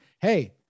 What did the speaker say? Hey